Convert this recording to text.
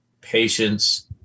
patience